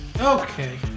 Okay